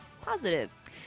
positive